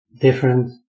different